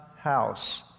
house